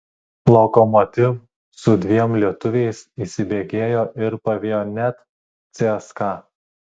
lokomotiv su dviem lietuviais įsibėgėjo ir pavijo net cska